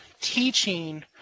teaching